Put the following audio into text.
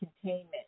containment